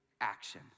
action